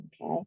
Okay